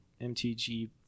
MTG